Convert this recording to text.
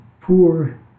poor